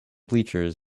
bleachers